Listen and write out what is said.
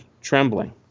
trembling